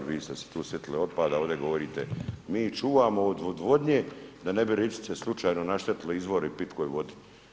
Vi ste se tu sjetili otpada, ovdje govorite, mi čuvamo od odvodnje da ne bi Ričice slučajno naštetile izvori pitkoj vodi.